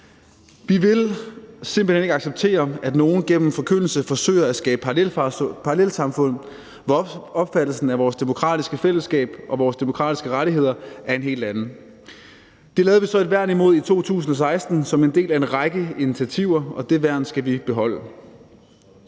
Vi vil simpelt hen ikke acceptere, at nogle gennem forkyndelse forsøger at skabe parallelsamfund, hvor opfattelsen af vores demokratiske fællesskab og vores demokratiske rettigheder er en helt anden. Det lavede vi så et værn imod i 2016 som en del af en række initiativer, og det værn skal vi beholde.